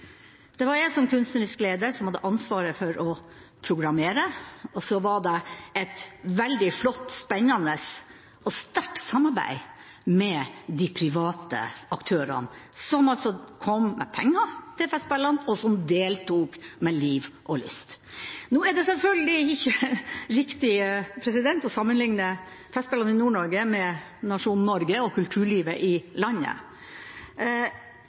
Det var jeg som kunstnerisk leder som hadde ansvaret for å programmere, og så var det et veldig flott, spennende og sterkt samarbeid med de private aktørene, som altså kom med penger til festspillene, og som deltok med liv og lyst. Nå er det selvfølgelig ikke riktig å sammenligne Festspillene i Nord-Norge med nasjonen Norge og kulturlivet i landet,